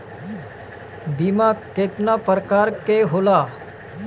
बीमा केतना प्रकार के होला?